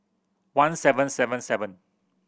one seven seven seven